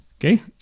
Okay